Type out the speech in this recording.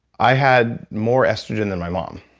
i had more estrogen than my mom